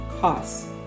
costs